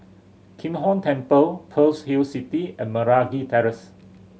Kim Hong Temple Pearl's Hill City and Meragi Terrace